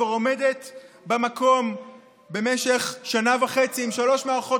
כבר עומדת במקום במשך שנה וחצי עם שלוש מערכות